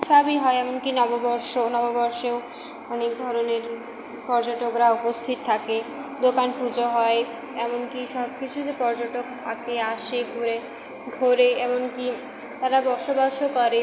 সবই হয় এমন কি নববর্ষ নববর্ষ অনেক ধরনের পর্যটকরা উপস্থিত থাকে দোকান পুজো হয় এমন কি সব কিছু যে পর্যটক থাকে আসে ঘোরে ঘোরে এমন কি তারা বসবাসও করে